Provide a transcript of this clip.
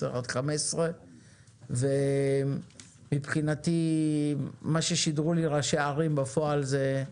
10 עד 15. מבחינתי מה ששידרו לי ראשי הערים בפועל זה,